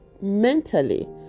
mentally